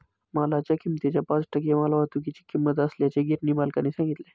मालाच्या किमतीच्या पाच टक्के मालवाहतुकीची किंमत असल्याचे गिरणी मालकाने सांगितले